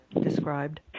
described